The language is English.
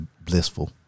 blissful